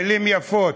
מילים יפות.